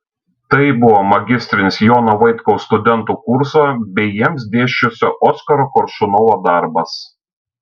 tai buvo magistrinis jono vaitkaus studentų kurso bei jiems dėsčiusio oskaro koršunovo darbas